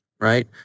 right